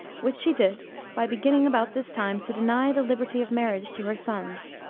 which she did by beginning about this time to deny the liberty of marriage to her sons.